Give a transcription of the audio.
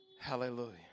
Hallelujah